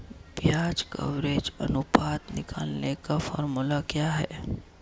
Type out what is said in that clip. ब्याज कवरेज अनुपात निकालने का फॉर्मूला क्या है?